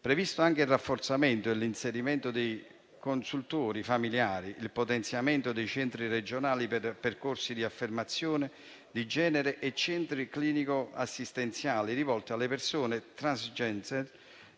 previsti anche il rafforzamento e l'inserimento dei consultori familiari, il potenziamento dei centri regionali per percorsi di affermazione di genere e centri clinico-assistenziali rivolti alle persone transgender